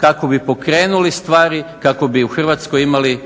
kako bi pokrenuli stvari, kako bi u Hrvatskoj imali